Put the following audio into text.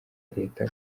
leta